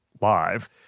live